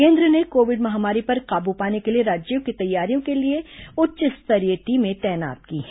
केन्द्र ने कोविड महामारी पर काबू पाने के लिए राज्यों की तैयारियों के लिए उच्च स्तरीय टीमें तैनात की हैं